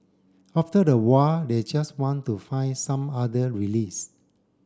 after a while they just want to find some other release